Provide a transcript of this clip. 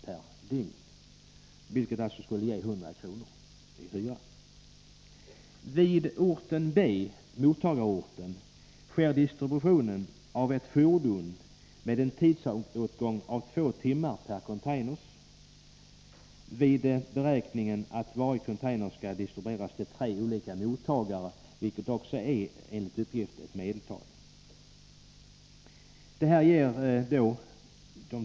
per dygn, vilket skulle bli 100 kr. för fyra containrar. Vid mottagarorten B sker distributionen av ett fordon med en tidsåtgång av två timmar per container, vid beräkningen att varje container skall distribueras till tre olika mottagare — också ett medeltal, enligt uppgift.